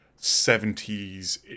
70s